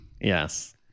Yes